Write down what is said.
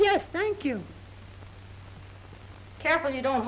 yes thank you careful you don't